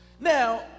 Now